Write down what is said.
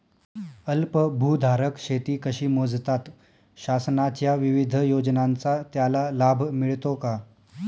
अल्पभूधारक शेती कशी मोजतात? शासनाच्या विविध योजनांचा त्याला लाभ मिळतो का?